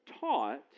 taught